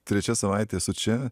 trečia savaitė esu čia